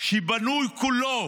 שבנוי כולו